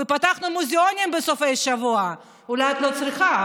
ופתחנו מוזיאונים בסופי השבוע אולי את לא צריכה,